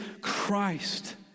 christ